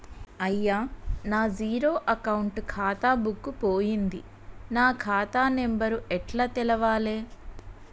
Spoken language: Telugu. అయ్యా నా జీరో అకౌంట్ ఖాతా బుక్కు పోయింది నా ఖాతా నెంబరు ఎట్ల తెలవాలే?